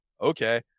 okay